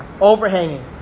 overhanging